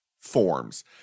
forms